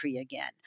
again